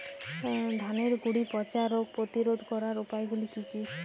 ধানের গুড়ি পচা রোগ প্রতিরোধ করার উপায়গুলি কি কি?